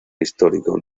histórico